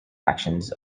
actions